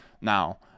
now